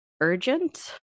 urgent